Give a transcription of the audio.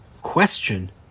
question